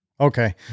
Okay